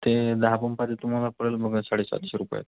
ते दहा पंपाचे तुम्हाला पडेल बघा साडेसातशे रुपयात